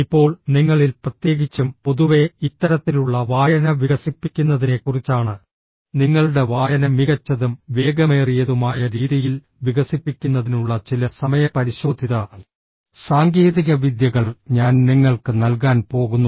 ഇപ്പോൾ നിങ്ങളിൽ പ്രത്യേകിച്ചും പൊതുവേ ഇത്തരത്തിലുള്ള വായന വികസിപ്പിക്കുന്നതിനെക്കുറിച്ചാണ് നിങ്ങളുടെ വായന മികച്ചതും വേഗമേറിയതുമായ രീതിയിൽ വികസിപ്പിക്കുന്നതിനുള്ള ചില സമയപരിശോധിത സാങ്കേതികവിദ്യകൾ ഞാൻ നിങ്ങൾക്ക് നൽകാൻ പോകുന്നു